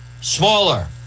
smaller